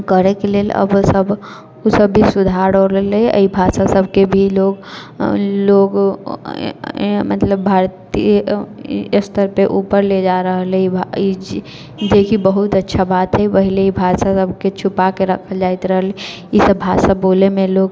करयके लेल ओ सबमे भी सुधार हो रहलैया एहि भाषा सबके भी लोग लोग मतलब भारत स्तर पर ऊपर ले जा रहल हइ जेकि बहुत अच्छा बात हइ पहले ई भाषा सबके छुपाके रखल जाइत रहलै ई सब भाषा बोलयमे लोक